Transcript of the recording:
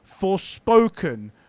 Forspoken